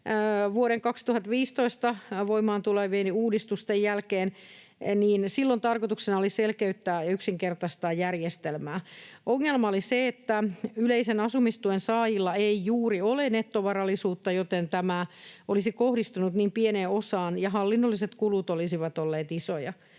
vuonna 2015 voimaan tulleiden uudistusten jälkeen, niin silloin tarkoituksena oli selkeyttää ja yksinkertaistaa järjestelmää. Ongelma oli ollut se, että yleisen asumistuen saajilla ei juuri ole nettovarallisuutta, joten tämä oli kohdistunut niin pieneen osaan ja hallinnolliset kulut olivat olleet isoja,